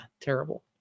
terrible